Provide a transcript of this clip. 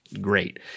Great